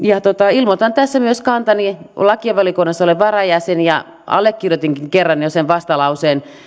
ilmoitan tässä myös kantani olen varajäsen lakivaliokunnassa ja allekirjoitinkin kerran jo sen vastalauseen